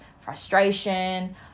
frustration